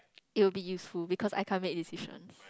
it will be useful because I can't make decisions